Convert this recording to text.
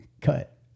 Cut